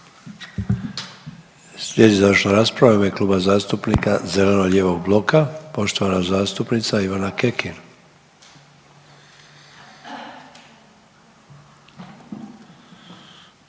Slijedi završna rasprava u ime Kluba zastupnika zeleno-lijevog bloka, poštovana zastupnica Ivana Kekin.